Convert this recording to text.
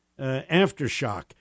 aftershock